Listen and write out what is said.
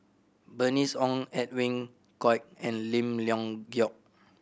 Bernice Ong Edwin Koek and Lim Leong Geok